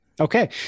Okay